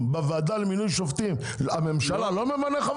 בוועדה למינוי שופטים, הממשלה לא ממנה?